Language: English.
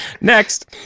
Next